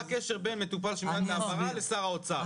מה הקשר בין מטופל שמיועד להעברה לשר האוצר?